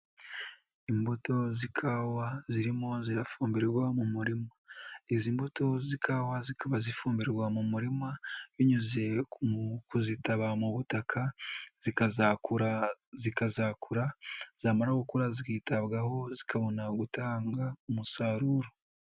Imbuto z'ikawa zirimo zirafumbirwa mu murima, izi mbuto z'ikawa zikaba zifumbirwa mu murima binyuze mu kuzitaba mu butaka zikazakura, zikazakura, zamara gukura zikitabwaho zikabona gutanga umusaruro.